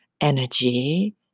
energy